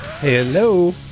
Hello